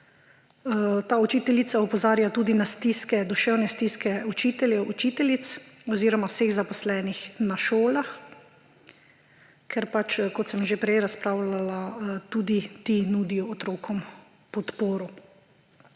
Ta učiteljica opozarja tudi na duševne stiske učiteljev, učiteljic oziroma vseh zaposlenih na šolah, ker – kot sem že prej razpravljala ‒, tudi ti nudijo otrokom podporo.